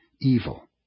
evil